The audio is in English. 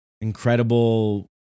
Incredible